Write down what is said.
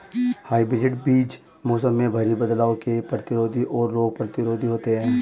hybrid बीज मौसम में भारी बदलाव के प्रतिरोधी और रोग प्रतिरोधी होते हैं